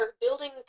building